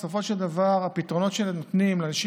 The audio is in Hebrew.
בסופו של דבר הפתרונות שנותנים לאנשים